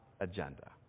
agenda